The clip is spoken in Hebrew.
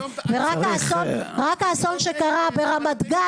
באסון שקרה ברמת גן,